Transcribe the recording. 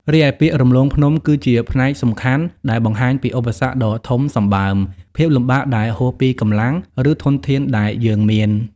រីឯពាក្យ រំលងភ្នំ គឺជាផ្នែកសំខាន់ដែលបង្ហាញពីឧបសគ្គដ៏ធំសម្បើម ភាពលំបាកដែលហួសពីកម្លាំង ឬធនធានដែលយើងមាន។